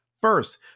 First